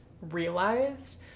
realized